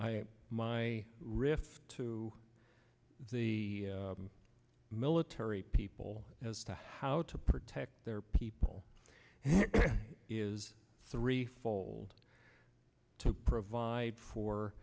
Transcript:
risk to the military people as to how to protect their people is threefold to provide for